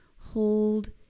hold